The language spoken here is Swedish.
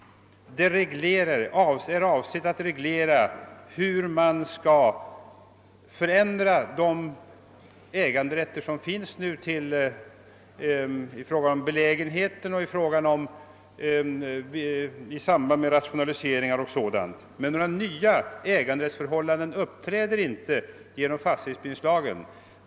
Det är avsett att reglera hur man skall förändra de äganderätter som finns i fråga om belägenheten, i samband med rationaliseringar 0. s. V., men några nya äganderättsförhållanden uppkommer inte genom fastighetsbildningslagen.